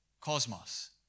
Cosmos